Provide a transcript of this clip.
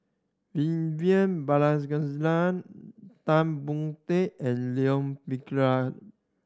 Vivian Tan Boon Teik and Leon